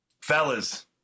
fellas